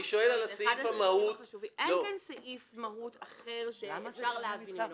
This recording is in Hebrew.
אני שואל על סעיף המהות --- אין כאן סעיף מהות אחר שאפשר להבהיר.